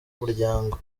umuryango